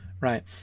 right